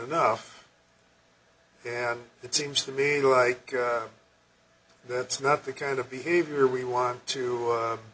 enough and it seems to me like that's not the kind of behavior we want to